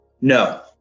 No